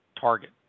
target